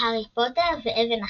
"הארי פוטר ואבן החכמים",